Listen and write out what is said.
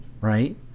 right